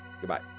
Goodbye